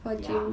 ya